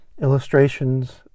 illustrations